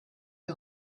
you